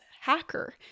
hacker